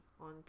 on